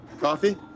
Coffee